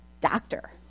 doctor